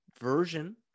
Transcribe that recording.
version